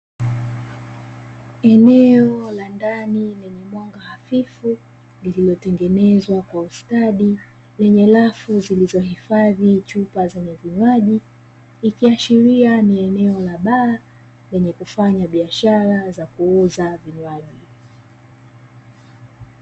Eneo la ndani lenye mwanga hafifu, lililotengenezwa kwa ustadi lenye rafu zilizohifadhi chupa zenye vinywaji, ikiashiria ni eneo la baa lenye kufanya biashara za kuuza vinywaji.